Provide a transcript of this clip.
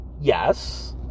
Yes